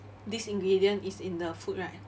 this ingredient is in the food right